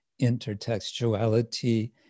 intertextuality